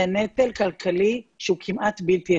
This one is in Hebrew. זה נטל כלכלי שהוא כמעט בלתי אפשרי.